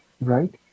right